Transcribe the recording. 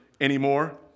anymore